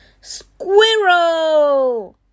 Squirrel